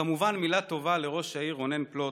וכמובן מילה טובה לראש העיר רונן פלוט,